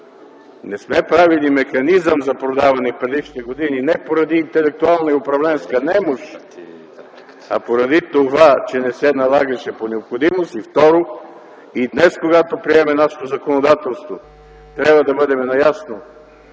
не сме правили механизъм за продаване в предишните години не поради интелектуална и управленска немощ, а поради това, че не се налагаше по необходимост. И трето, и днес, когато приемаме нашето законодателство, трябва да бъдем наясно,